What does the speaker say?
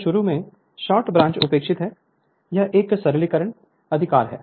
तो शुरू में स्टार्ट ब्रांच उपेक्षित है यह एक सरलीकरण अधिकार है